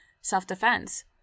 self-defense